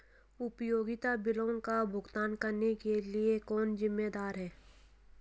उपयोगिता बिलों का भुगतान करने के लिए कौन जिम्मेदार है?